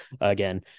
again